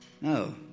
No